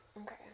Okay